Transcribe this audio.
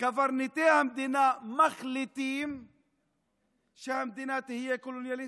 קברניטי המדינה מחליטים שהמדינה תהיה קולוניאליסטית.